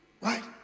right